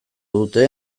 dute